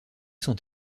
sont